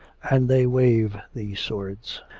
and they wave these swords,